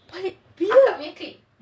bila